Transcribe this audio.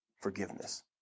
forgiveness